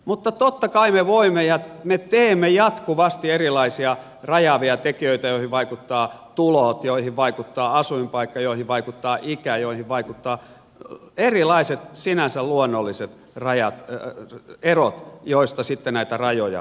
mutta totta kai me voimme tehdä ja me teemme jatkuvasti erilaisia rajaavia tekijöitä joihin vaikuttavat tulot joihin vaikuttaa asuinpaikka joihin vaikuttaa ikä joihin vaikuttavat erilaiset sinänsä luonnolliset erot joista sitten näitä rajoja johdetaan